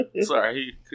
Sorry